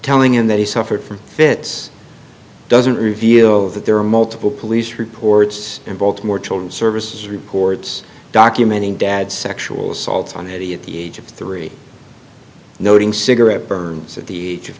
telling him that he suffered from fits doesn't reveal that there are multiple police reports and baltimore children's services reports documenting dad's sexual assaults on he at the age of three noting cigarette burns at the age of